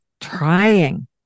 trying